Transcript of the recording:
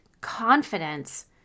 confidence